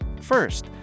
First